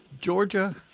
Georgia